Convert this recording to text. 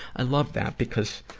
i love that, because,